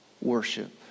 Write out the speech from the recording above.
worship